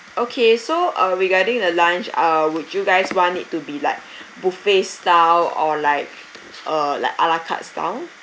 okay so uh regarding the lunch uh would you guys want it to be like buffet style or like uh like a la carte style